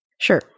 Sure